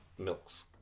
milk's